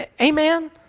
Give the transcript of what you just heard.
Amen